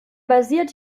basiert